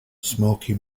smoky